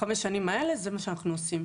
בחמש שנים האלה זה מה שאנחנו עושים,